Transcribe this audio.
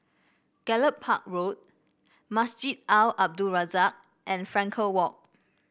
Gallop Park Road Masjid Al Abdul Razak and Frankel Walk